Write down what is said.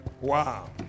Wow